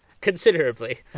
considerably